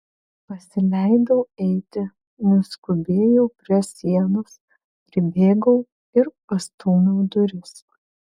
pasileidau eiti nuskubėjau prie sienos pribėgau ir pastūmiau duris